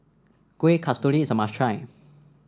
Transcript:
Kuih Kasturi is a must try